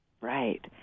Right